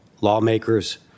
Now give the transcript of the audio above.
lawmakers